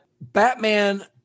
Batman